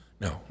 No